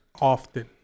often